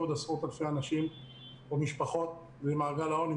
עוד עשרות אלפי אנשים או משפחות למעגל העוני.